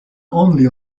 only